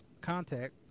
contact